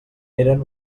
eren